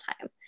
time